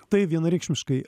taip vienareikšmiškai